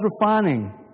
refining